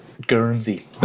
Guernsey